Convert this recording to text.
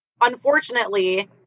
unfortunately